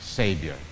Savior